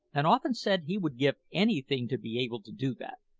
and often said he would give anything to be able to do that.